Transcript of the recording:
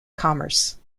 commerce